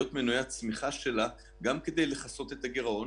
להיות מנועי הצמיחה שלה, גם כדי לכסות את הגירעון